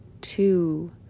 two